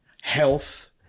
health